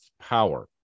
power